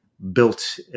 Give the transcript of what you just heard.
built